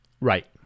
Right